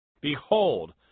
Behold